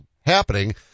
happening